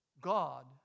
God